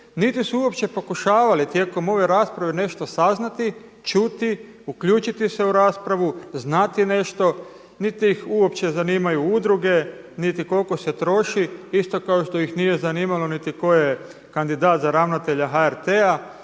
niti su uopće pokušavali tijekom ove rasprave nešto saznati, čuti, uključiti se u raspravu, znati nešto, niti ih uopće zanimaju udruge, niti koliko se troši isto kao što ih nije zanimalo niti tko je kandidat za ravnatelja HRT-a,